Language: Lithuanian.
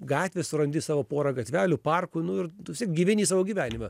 gatvės surandi savo porą gatvelių parkų nu ir tu vis tiek gyveni savo gyvenimą